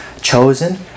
chosen